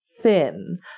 thin